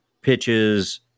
pitches